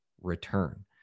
return